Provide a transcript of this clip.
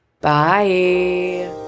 Bye